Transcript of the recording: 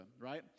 right